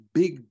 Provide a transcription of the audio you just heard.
big